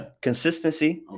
consistency